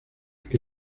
que